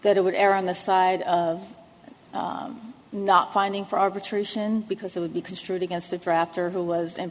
that it would err on the side of not finding for arbitration because it would be construed against the drafter who was